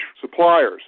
suppliers